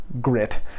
grit